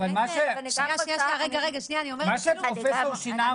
-- מה שפרופ' שנער